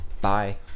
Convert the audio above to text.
Bye